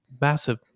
massive